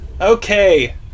Okay